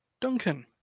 Duncan